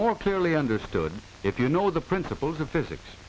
more clearly understood if you know the principles of physics